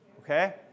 Okay